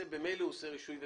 שממילא עושה רישוי ופיקוח,